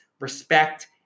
respect